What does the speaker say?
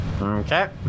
Okay